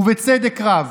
ובצדק רב.